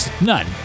None